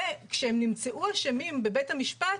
כשהם נמצאו אשמים בבית המשפט,